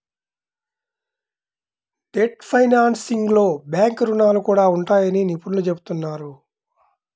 debt ఫైనాన్సింగ్లో bank రుణాలు కూడా ఉంటాయని నిపుణులు చెబుతున్నారు